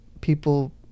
people